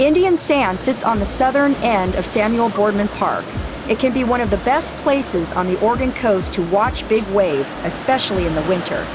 indian sand sits on the southern end of samuel boardman park it can be one of the best places on the oregon coast to watch big waves especially in the winter